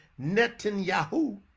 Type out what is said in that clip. Netanyahu